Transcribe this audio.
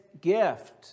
gift